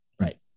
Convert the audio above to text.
Right